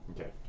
Okay